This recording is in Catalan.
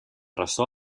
ressò